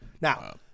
Now